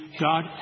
God